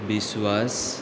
विश्वास